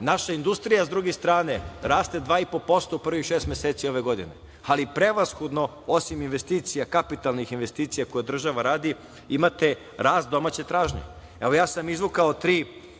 Naša industrija, sa druge strane, raste 2,5% u prvih šest meseci ove godine. Ali, prevashodno, osim investicija, kapitalnih investicija koje država radi, imate rast domaće tražnje. Evo, ja sam izvukao tri